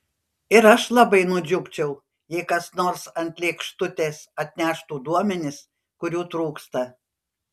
ir aš labai nudžiugčiau jei kas nors ant lėkštutės atneštų duomenis kurių trūksta